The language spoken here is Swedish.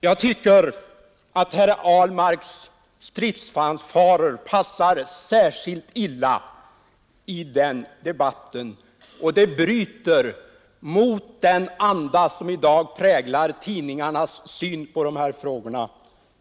Jag tycker att herr Ahlmarks stridsfanfarer passar särskilt illa i den debatten, och de bryter mot den anda som i dag präglar tidningarnas syn på dessa frågor.